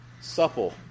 supple